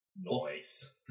Noise